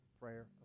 prayer